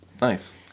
Nice